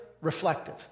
reflective